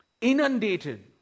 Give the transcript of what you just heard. inundated